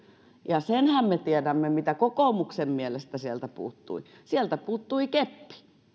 ja senhän me tiedämme mitä kokoomuksen mielestä sieltä puuttui sieltä puuttui keppi